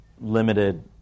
limited